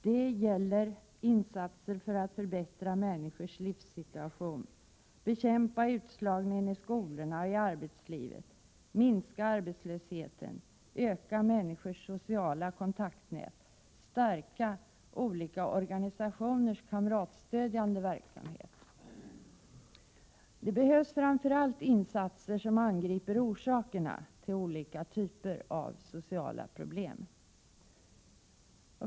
Det gäller insatser för att förbättra människors livssituation, bekämpa utslagning i skolor och arbetslivet, minska arbetslösheten, öka människors sociala kontaktnät, stärka olika organisationers kamratstödjande verksamhet osv. Det behövs framför allt insatser, som angriper orsakerna till olika typer av sociala problem.